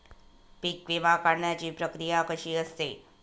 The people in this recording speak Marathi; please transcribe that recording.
पीक विमा काढण्याची प्रक्रिया कशी असते?